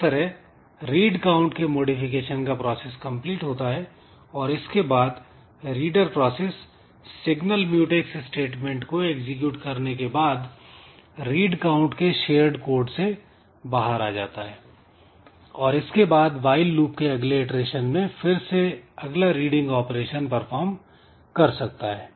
इस तरह "read count" के मॉडिफिकेशन का प्रोसेस कंप्लीट होता है और इसके बाद reader process signal mutex statement को एग्जीक्यूट करने के बाद "रीड काउंट" के शेयर्ड कोड से बाहर आ जाता है और इसके बाद व्हाईल लूप के अगले इटरेशन में फिर से अगला रीडिंग ऑपरेशन परफॉर्म कर सकता है